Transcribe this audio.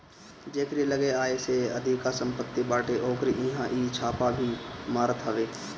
जेकरी लगे आय से अधिका सम्पत्ति बाटे ओकरी इहां इ छापा भी मारत हवे